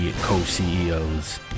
co-CEOs